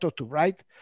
right